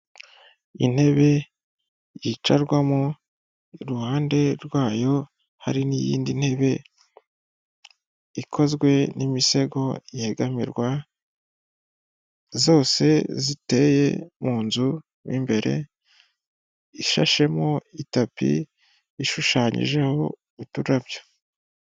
Intebe yicarwamo, iruhande rwayo hari n'iyindi ntebe ikozwe n'imisego yegamirwa, zose ziteye mu nzu, mo imbere ishashemo itapi ishushanyijeho uturabyo.